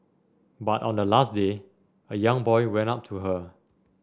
but on the last day a young boy went up to her